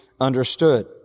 understood